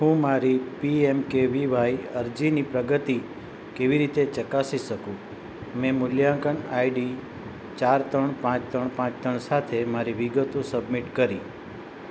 હું મારી પીએમકેવીવાય અરજીની પ્રગતિ કેવી રીતે ચકાસી શકું મેં મૂલ્યાંકન આઈડી ચાર ત્રણ પાંચ ત્રણ પાંચ ત્રણ સાથે મારી વિગતો સબમિટ કરી